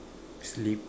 sleep